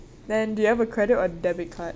then do you have a credit or debit card